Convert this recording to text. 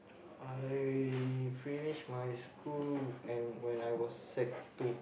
I finish my school and when I was sec two